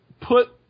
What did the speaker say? put